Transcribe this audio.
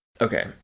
Okay